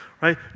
right